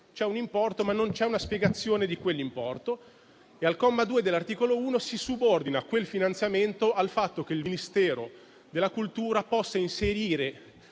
C'è un importo, ma non c'è una spiegazione di quell'importo. Al comma 2 dell'articolo 1 si subordina quel finanziamento al fatto che il Ministero della cultura possa inserire